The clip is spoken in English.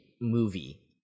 movie